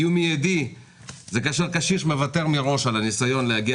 איום מיידי זה כאשר קשיש מוותר מראש על הניסיון להגיע